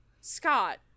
Scott